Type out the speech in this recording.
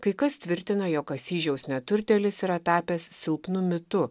kai kas tvirtina jog asyžiaus neturtėlis yra tapęs silpnu mitu